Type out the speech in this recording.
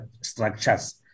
structures